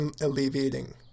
alleviating